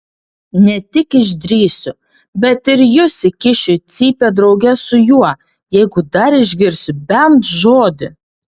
ne tik išdrįsiu bet ir jus įkišiu į cypę drauge su juo jeigu dar išgirsiu bent žodį